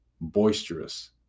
boisterous